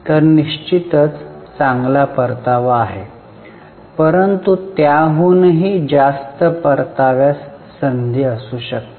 तर निश्चितच चांगला परतावा आहे परंतु त्याहूनही जास्त परताव्यास संधी असू शकते